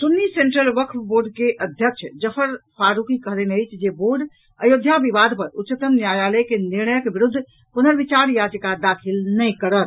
Sunni central Waqf board के अध्यक्ष जफर फारूकी कहलनि अछि जे बोर्ड अयोध्या विवाद पर उच्चतम न्यायालय के निर्णयक विरूद्ध पुर्नविचार याचिका दाखिल नहिं करत